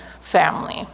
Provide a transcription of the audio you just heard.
family